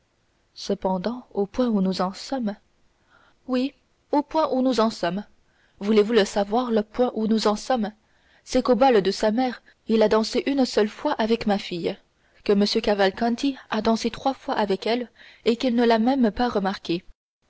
cependant au point où nous en sommes oui au point où nous en sommes voulez-vous le savoir le point où nous en sommes c'est qu'au bal de sa mère il a dansé une seule fois avec ma fille que m cavalcanti a dansé trois fois avec elle et qu'il ne l'a même pas remarqué